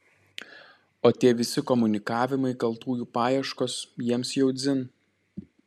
o tie visi komunikavimai kaltųjų paieškos jiems jau dzin